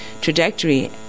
trajectory